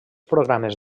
programes